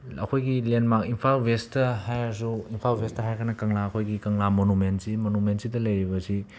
ꯑꯩꯈꯣꯏꯒꯤ ꯂꯦꯟꯃꯥꯛ ꯏꯝꯐꯥꯜ ꯋꯦꯁꯇ ꯍꯥꯏꯔꯁꯨ ꯏꯝꯐꯥꯜ ꯋꯦꯁꯇ ꯍꯥꯏꯔꯒꯅ ꯀꯪꯂꯥ ꯑꯩꯈꯣꯏꯒꯤ ꯀꯪꯂꯥ ꯃꯣꯅꯨꯃꯦꯟꯁꯤ ꯃꯣꯅꯨꯃꯦꯟꯁꯤꯗ ꯂꯩꯔꯤꯕꯁꯤ